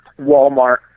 Walmart